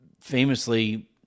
famously